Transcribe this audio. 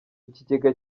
ikigega